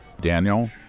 daniel